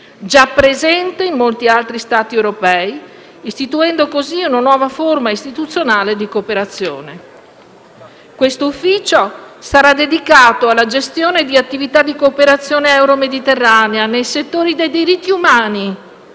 già presente in molti altri Stati europei, istituendo così una nuova forma istituzionale di cooperazione. Questo Ufficio sarà dedicato alla gestione di attività di cooperazione euro-mediterranea nei settori dei diritti umani,